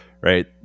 right